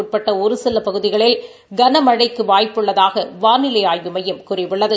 உட்பட்ட ஒரு சில பகதிகளில் கனமழைக்கு வாய்ப்பு உள்ளதாக வானிலை ஆய்வு மையம் கூறியுள்ளது